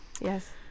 Yes